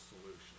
solution